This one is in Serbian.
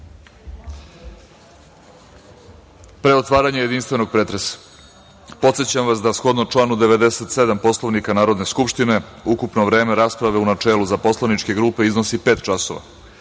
otvaranja jedinstvenog pretresa, podsećam vas da shodno članu 97. Poslovnika Narodne skupštine ukupno vreme rasprave u načelu za poslaničke grupe iznosi pet časova,